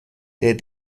der